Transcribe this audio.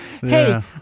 Hey